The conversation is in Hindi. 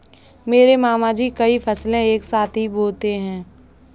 मेरे मामा जी कई फसलें एक साथ ही बोते है